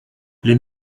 les